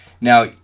now